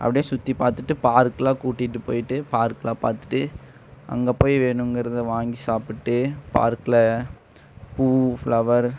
அப்டேயே சுற்றி பார்த்துட்டு பார்க்குலாம் கூட்டிகிட்டு போய்ட்டு பார்க்குலாம் பார்த்துட்டு அங்கே போய் வேணுங்கிறத வாங்கி சாப்பிடுட்டு பார்க்கில் பூ ஃபிளவர்